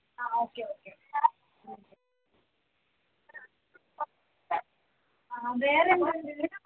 ആ okay okay ആ വേറെ എന്തുണ്ട്